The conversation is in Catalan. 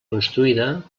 construïda